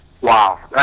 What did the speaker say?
wow